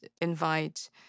invite